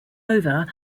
over